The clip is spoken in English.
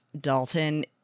Dalton